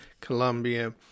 Colombia